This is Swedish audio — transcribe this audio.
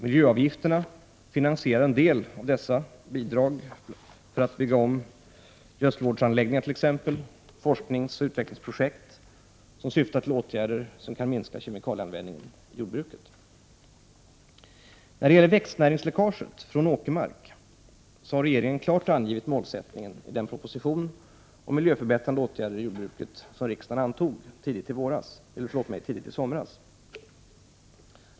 Miljöavgifterna finansierar en del av dessa, bl.a. bidrag för att bygga om gödselvårdsanläggningar och forskningsoch utvecklingsprojekt som syftar till åtgärder som kan minska kemikalieanvändningen i jordbruket. När det gäller växtnäringsläckaget från åkermark har regeringen klart angivit målsättningen i den proposition om miljöförbättrande åtgärder i jordbruket som riksdagen antog tidigt i somras.